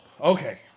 okay